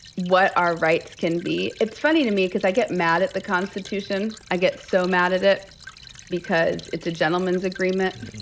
what our rights can be. it's funny to me cause i get mad at the constitution. i get so mad at it because it's a gentlemen's agreement.